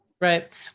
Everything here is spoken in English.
Right